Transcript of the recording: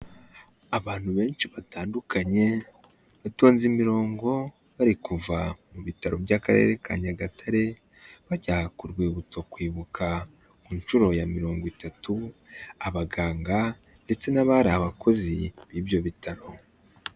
Abantu benshi batandukanye batonze imirongo bari kuva mu bitaro by'Akarere ka Nyagatare bajya ku rwibutso kwibuka ku nshuro ya mirongo itatu abaganga ndetse n'abari abakozi b'ibyo bitaro.